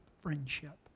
friendship